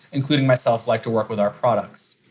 including myself, like to work with our products.